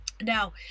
Now